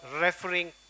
referring